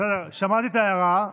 בסדר, שמעתי את ההערה.